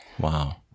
Wow